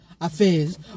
affairs